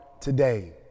today